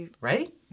Right